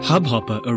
Hubhopper